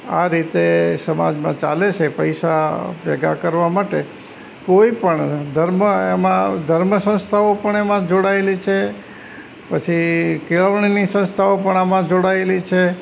આ રીતે સમાજમાં ચાલે છે પૈસા ભેગા કરવા માટે કોઈપણ ધર્મ એમાં ધર્મ સંસ્થાઓ પણ એમાં જોડાયેલી છે પછી કેળવણીની સંસ્થાઓ પણ આમાં જોડાયેલી છે